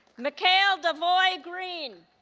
mickhale davoy green